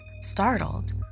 Startled